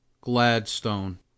Gladstone